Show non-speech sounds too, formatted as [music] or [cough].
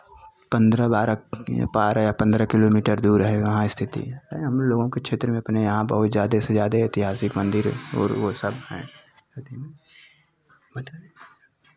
पन्द्रह बारह बारह या पन्द्रह किलोमीटर दूर है वहाँ स्थित हैं हम लोगों के क्षेत्र में अपने यहाँ बहुत ज़्यादे से ज़्यादे ऐतिहासिक मंदिर और वो सब हैं [unintelligible] में बता दें